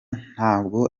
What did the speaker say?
ntabwo